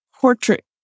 portrait